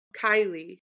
Kylie